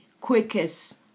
quickest